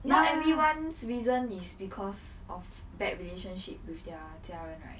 not everyone reason is because of bad relationship with their 家人 right